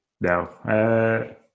no